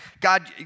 God